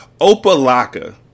Opa-laka